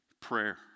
Prayer